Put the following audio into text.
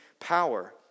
power